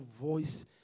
voice